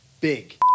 big